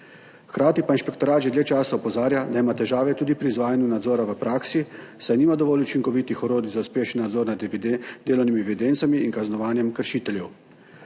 Hkrati pa inšpektorat že dlje časa opozarja, da ima težave tudi pri izvajanju nadzora v praksi, saj nima dovolj učinkovitih orodij za uspešen nadzor nad delovnimi evidencami in kaznovanjem kršiteljev.